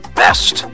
best